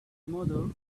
mother